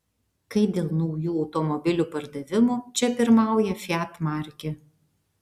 kai dėl naujų automobilių pardavimų čia pirmauja fiat markė